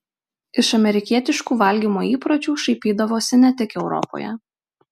iš amerikietiškų valgymo įpročių šaipydavosi ne tik europoje